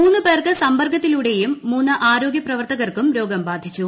മൂന്ന് പേർക്ക് സമ്പർക്കത്തിലൂടെയും മൂന്ന് ആരോഗ്യ പ്രവർത്തികർക്കും രോഗം ബാധിച്ചു